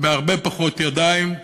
בהרבה פחות ידיים.